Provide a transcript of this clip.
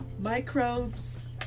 Microbes